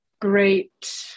great